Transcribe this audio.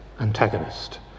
antagonist